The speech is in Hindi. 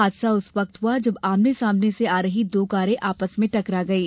हादसा उस वक्त हुआ तब आमने सामने से आ रही दो कारें आपस में टकरा गयी